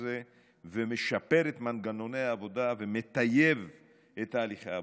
הזה ומשפר את מנגנוני העבודה ומטייב את תהליכי העבודה.